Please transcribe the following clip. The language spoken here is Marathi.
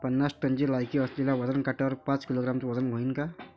पन्नास टनची लायकी असलेल्या वजन काट्यावर पाच किलोग्रॅमचं वजन व्हईन का?